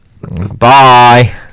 Bye